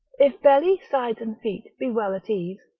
if belly, sides and feet be well at ease,